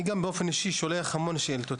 גם אני באופן אישי שולח המון שאילתות,